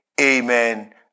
amen